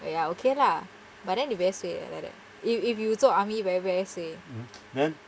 !aiya! okay lah but then you very suay eh you like that if if you 做 army very very suay